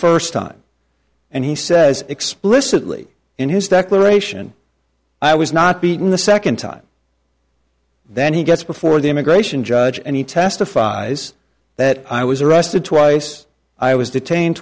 first time and he says explicitly in his declaration i was not beaten the second time then he gets before the immigration judge and he testifies that i was arrested twice i was detained